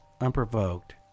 unprovoked